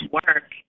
work